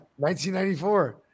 1994